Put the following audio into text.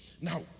Now